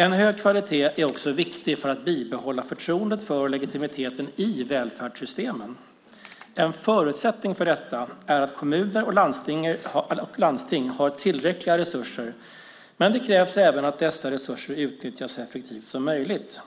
En hög kvalitet är också viktig för att bibehålla förtroendet för och legitimiteten i välfärdssystemen. En förutsättning för detta är att kommuner och landsting har tillräckliga resurser, men det krävs även att dessa resurser utnyttjas så effektivt som möjligt.